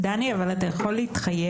אבל דני, אתה רק יכול להתחייב,